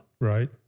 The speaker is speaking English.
Right